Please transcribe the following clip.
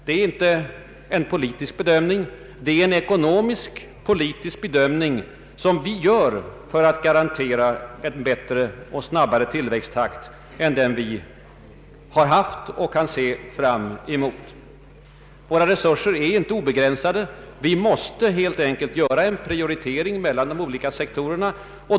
Det är inte en politisk utan en ekonomisk-politisk bedömning som vi gör för att garantera en bättre och snabbare tillväxttakt än den vi har haft och kan se fram emot. Våra resurser är inte obegränsade. Vi måste helt enkelt göra en prioritering mellan de olika sektorerna.